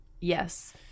Yes